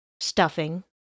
Stuffing